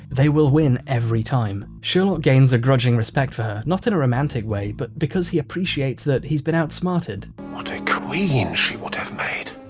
they will win every time. sherlock gains a grudging respect for her, not in a romantic way but because he appreciates that he's been outsmarted. what a queen she would have made.